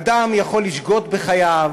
אדם יכול לשגות בחייו